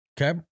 Okay